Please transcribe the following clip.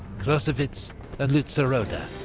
closewitz and lutzeroda.